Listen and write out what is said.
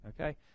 okay